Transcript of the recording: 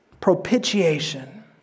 propitiation